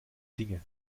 dinge